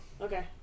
Okay